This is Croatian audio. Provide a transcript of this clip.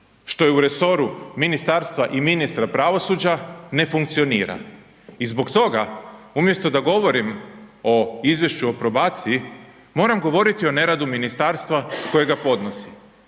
što je u resoru ministarstva i ministra pravosuđa ne funkcionira i zbog toga, umjesto da govorim o izvješću o probaciji, moram govoriti o neradu ministarstva kojega podnosim